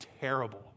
terrible